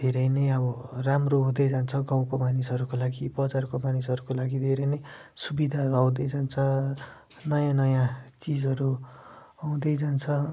धेरै नै अब राम्रो हुँदै जान्छ गाउँको मानिसहरूको लागि बजारको मानिसहरूको लागि धेरै नै सुविधाहरू आउँदै जान्छ नयाँ नयाँ चिजहरू हुँदै जान्छ